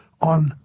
on